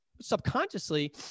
subconsciously